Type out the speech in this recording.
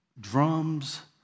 drums